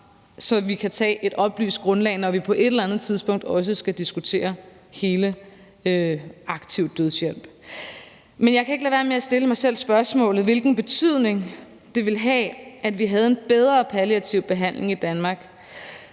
på et oplyst grundlag, når vi på et eller andet tidspunkt også skal diskutere hele den aktive dødshjælp. Men jeg kan ikke lade være med at stille mig selv spørgsmålet, hvilken betydning det ville have, at vi havde en bedre palliativ behandling i Danmark,